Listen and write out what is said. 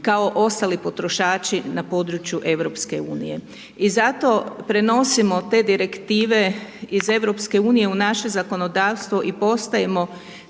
kao ostali potrošači na području EU. I zato prenosimo te direktive iz EU u naše zakonodavstvo i postajemo